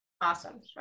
Awesome